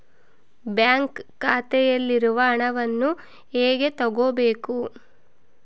Bank ಖಾತೆಯಲ್ಲಿರುವ ಹಣವನ್ನು ಹೇಗೆ ತಗೋಬೇಕು?